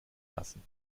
lassen